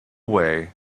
way